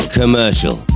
commercial